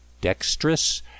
dexterous